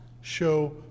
show